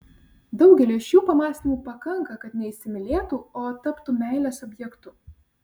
daugeliui šių pamąstymų pakanka kad neįsimylėtų o taptų meilės objektu